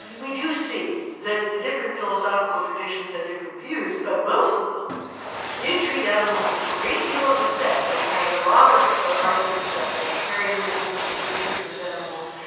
we do see that the different philosophical traditions had different views, but most of them did treat animals with a great deal of respect, and had a lot of arguments about vegetarianism and the good treatment of animals.